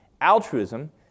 altruism